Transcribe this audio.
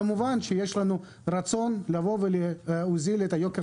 כמובן שיש לנו רצון להוזיל את יוקר